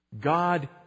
God